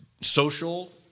Social